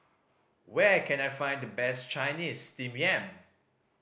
where can I find the best Chinese Steamed Yam